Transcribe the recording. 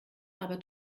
aber